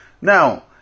now